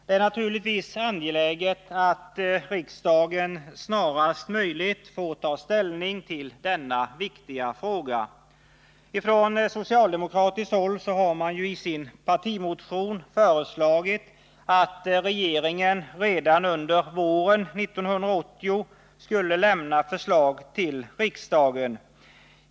Det är naturligtvis angeläget att riksdagen snarast möjligt får ta ställning till denna viktiga fråga. Socialdemokraterna har i sin partimotion föreslagit att regeringen redan under våren 1980 skulle lämna förslag till riksdagen.